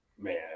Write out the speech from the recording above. Man